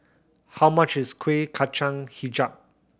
how much is Kuih Kacang Hijau